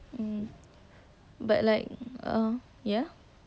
mm but like um ya